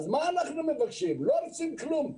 אנחנו לא רוצים כלום,